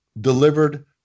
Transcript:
delivered